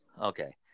Okay